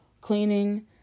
cleaning